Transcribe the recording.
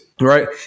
right